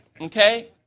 okay